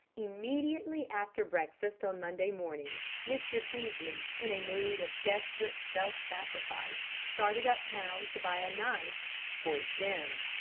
immediately after breakfast on monday morning mr. peaslee, in a mood of desperate self-sacrifice, started up-town to buy a knife for jim!